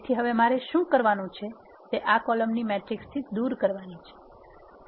તેથી હવે મારે શું કરવાનું છે તે આ કોલમને મેટ્રિક્સથી દૂર કરવાની છે